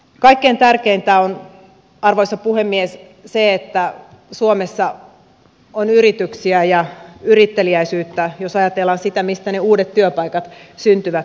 kaikkein tärkeintä on arvoisa puhemies se että suomessa on yrityksiä ja yritteliäisyyttä jos ajatellaan sitä mistä ne uudet työpaikat syntyvät